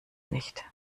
nicht